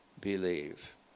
believe